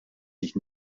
sich